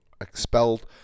expelled